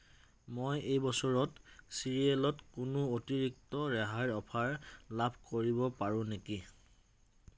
মই এই বছৰত ছিৰিয়েলত কোনো অতিৰিক্ত ৰেহাইৰ অফাৰ লাভ কৰিব পাৰোঁ নেকি